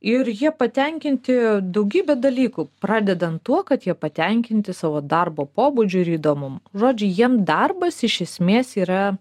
ir jie patenkinti daugybe dalykų pradedant tuo kad jie patenkinti savo darbo pobūdžiu ir įdomumu žodžiu jiem darbas iš esmės yra